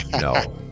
no